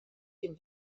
dem